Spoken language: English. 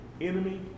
enemy